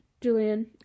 julian